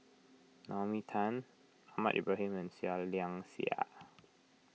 Naomi Tan Ahmad Ibrahim and Seah Liang Seah